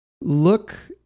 look